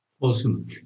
Awesome